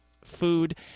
food